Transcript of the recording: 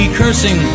cursing